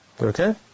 Okay